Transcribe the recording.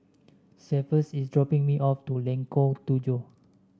Cephus is dropping me off Lengkong Tujuh